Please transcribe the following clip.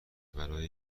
برای